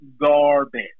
garbage